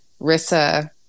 Rissa